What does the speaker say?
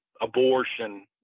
abortion